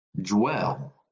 dwell